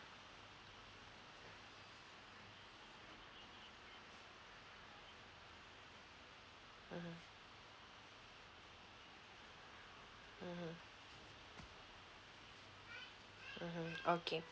mmhmm mmhmm mmhmm okay